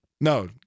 No